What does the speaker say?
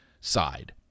side